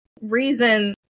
reason